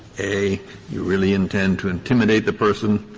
a you really intend to intimidate the person